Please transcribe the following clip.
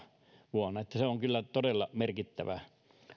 vuonna se on kyllä todella merkittävä